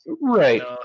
right